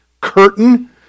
curtain